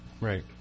right